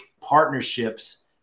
partnerships